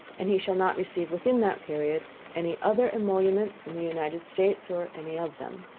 and he shall not receive within that period any other emolument from the united states, or any of them.